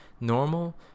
normal